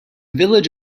village